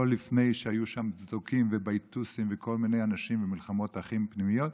לא לפני שהיו שם צדוקים ובייתוסים וכל מיני אנשים ומלחמות אחים פנימיות.